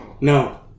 No